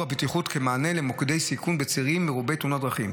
הבטיחות כמענה למוקדי סיכון בצירים מרובי תאונות דרכים,